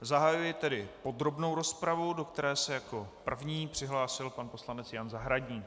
Zahajuji tedy podrobnou rozpravu, do které se jako první přihlásil pan poslanec Jan Zahradník.